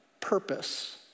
purpose